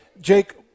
Jake